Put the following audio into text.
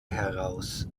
heraus